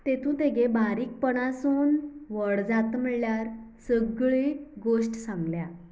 तेतू तेगे बारीकपणा सून व्हड जाता म्हणल्यार सगळीं गोश्ट सांगल्या